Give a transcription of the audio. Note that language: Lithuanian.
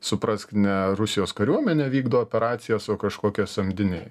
suprask ne rusijos kariuomenė vykdo operacijas o kažkokie samdiniai